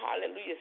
hallelujah